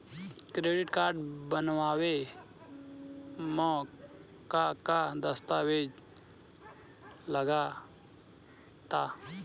Credit card बनवावे म का का दस्तावेज लगा ता?